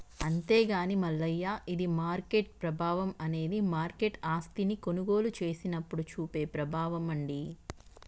అంతేగాని మల్లయ్య ఇది మార్కెట్ ప్రభావం అనేది మార్కెట్ ఆస్తిని కొనుగోలు చేసినప్పుడు చూపే ప్రభావం అండి